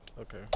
Okay